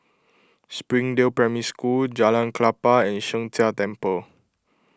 Springdale Primary School Jalan Klapa and Sheng Jia Temple